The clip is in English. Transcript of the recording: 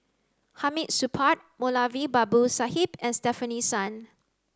Hamid Supaat Moulavi Babu Sahib and Stefanie Sun